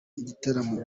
igitaramo